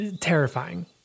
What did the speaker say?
terrifying